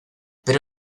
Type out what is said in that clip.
pero